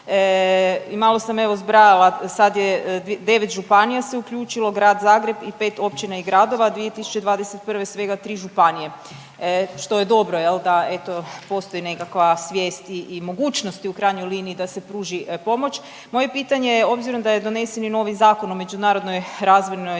I malo sam evo zbrajala sad je 9 županija se uključilo, grad Zagreb i 5 općina i gradova. 2021. svega 3 županije što je dobro, jel' da eto postoji nekakva svijest i mogućnost u krajnjoj liniji da se pruži pomoć. Moje pitanje je obzirom da je donesen i novi Zakon o međunarodnoj razvojnoj